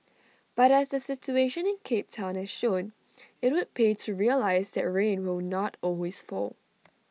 but as the situation in cape Town has shown IT would pay to realise that rain will not always fall